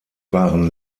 waren